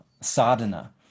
sadhana